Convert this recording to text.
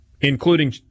including